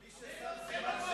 מי היה בחברון?